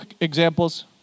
examples